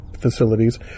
facilities